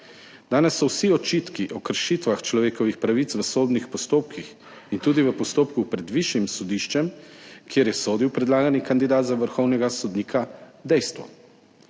Danes so vsi očitki o kršitvah človekovih pravic v sodnih postopkih in tudi v postopku pred višjim sodiščem, kjer je sodil predlagani kandidat za vrhovnega sodnika, dejstvo.